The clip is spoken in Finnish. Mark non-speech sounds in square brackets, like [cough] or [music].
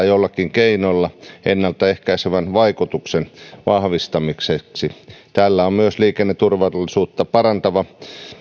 [unintelligible] jollakin keinolla ennalta ehkäisevän vaikutuksen vahvistamiseksi tällä on myös liikenneturvallisuutta parantava